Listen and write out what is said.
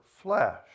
flesh